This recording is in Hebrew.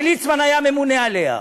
שליצמן היה ממונה עליה.